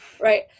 Right